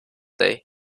day